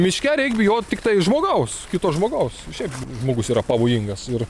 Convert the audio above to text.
miške reik bijot tiktai žmogaus kito žmogaus šiaip žmogus yra pavojingas ir